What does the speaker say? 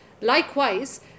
Likewise